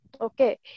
okay